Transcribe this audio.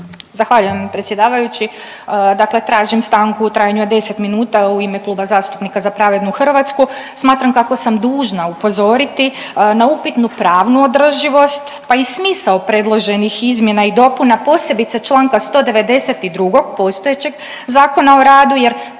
Zahvaljujem predsjedavajući Dakle, tražim stanku u trajanju od 10 minuta u ime Kluba zastupnika za pravednu Hrvatsku. Smatram kako sam dužna upozoriti na upitnu pravnu održivost, pa i smisao predloženih izmjena i dopuna posebice članka 192. postojećeg Zakona o radu. Jer